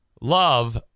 love